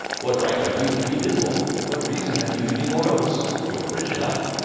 what right have you to be dismal? what reason have you to be morose? you're rich enough.